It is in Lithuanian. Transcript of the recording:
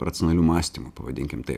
racionaliu mąstymu pavadinkim taip